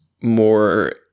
more –